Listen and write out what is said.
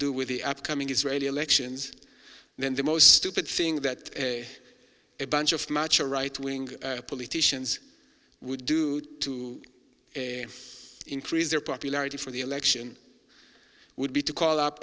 do with the upcoming israeli elections then the most stupid thing that a a bunch of much a right wing politicians would do to increase their popularity for the election would be to call up